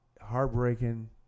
heartbreaking